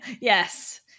yes